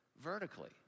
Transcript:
vertically